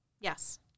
yes